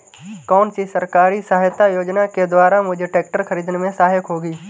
कौनसी सरकारी सहायता योजना के द्वारा मुझे ट्रैक्टर खरीदने में सहायक होगी?